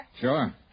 Sure